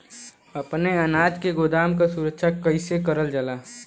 अपने अनाज के गोदाम क सुरक्षा कइसे करल जा?